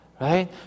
Right